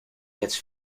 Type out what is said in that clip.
gets